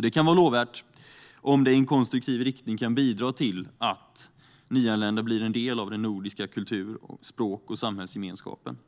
Det kan vara lovvärt om det i en konstruktiv riktning kan bidra till att nyanlända blir en del av den nordiska kultur-, språk och samhällsgemenskapen.